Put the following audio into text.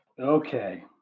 Okay